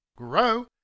grow